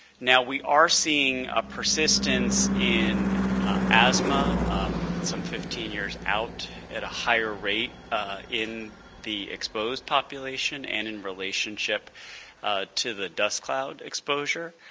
now, we are seeing a persistence in asthma some fifteen years out at a higher rate in the exposed population and in relationship to the dust cloud exposure